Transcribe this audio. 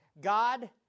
God